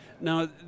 Now